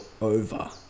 over